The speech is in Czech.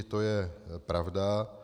To je pravda.